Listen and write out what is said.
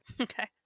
okay